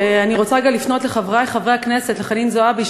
אני רוצה רגע לפנות לחברי חברי הכנסת חנין זועבי,